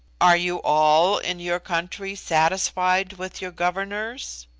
are you all, in your country, satisfied with your governors?